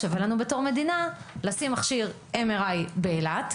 שווה לנו בתור מדינה לשים מכשיר MRI באילת.